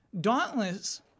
Dauntless